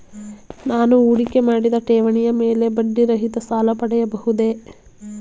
ನಾನು ಹೂಡಿಕೆ ಮಾಡಿದ ಠೇವಣಿಯ ಮೇಲೆ ಬಡ್ಡಿ ರಹಿತ ಸಾಲ ಪಡೆಯಬಹುದೇ?